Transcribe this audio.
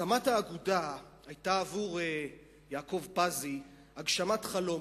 הקמת האגודה היתה עבור יעקב פזי הגשמת חלום.